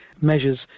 measures